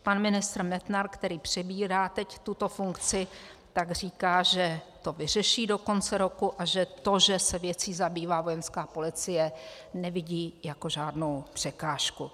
Pan ministr Metnar, který přebírá teď tuto funkci, říká, že to vyřeší do konce roku a že v tom, že se věcí zabývá Vojenská policie, nevidí jako žádnou překážku.